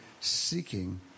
seeking